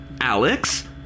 Alex